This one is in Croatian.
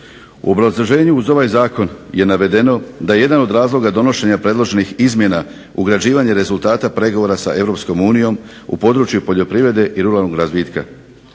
U obrazloženju uz ovaj zakon je navedeno da je jedan od razloga donošenja predloženih izmjena ugrađivanje rezultata pregovora sa Europskom unijom u području poljoprivrede i ruralnog razvitka.